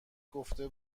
گفته